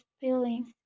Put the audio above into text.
feelings